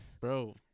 Bro